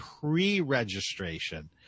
pre-registration